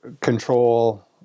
control